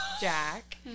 Jack